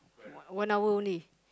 one hour only